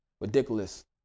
ridiculous